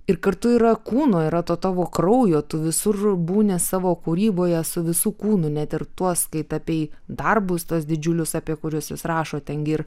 ir kartu yra kūno yra to tavo kraujo tu visur būni savo kūryboje su visu kūnu net ir tuos kai tapei darbus tuos didžiulius apie kuriuos jis rašo ten gi ir